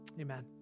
amen